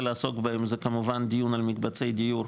לעסוק בהם זה כמובן דיון על מקבצי דיור,